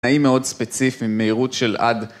‫תנאים מאוד ספציפיים, ‫מהירות של עד...